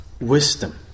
wisdom